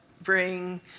bring